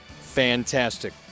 fantastic